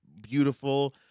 beautiful